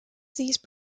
these